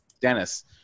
Dennis